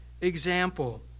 example